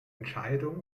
entscheidung